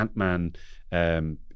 Ant-Man